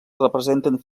representen